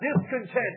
discontent